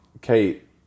Kate